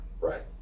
Right